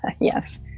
yes